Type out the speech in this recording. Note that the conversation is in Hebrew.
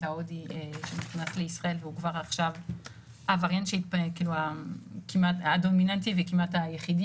ההודי שנכנס לישראל והוא כבר הווריאנט הדומיננטי וכמעט היחידי,